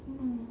no